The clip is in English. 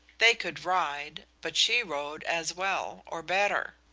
they could ride but she rode as well, or better.